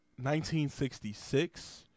1966